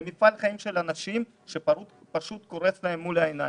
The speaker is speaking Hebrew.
זה מפעל חיים של אנשים שפשוט קורס להם לנגד עיניהם.